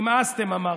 נמאסתם, אמרתם.